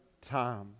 time